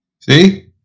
See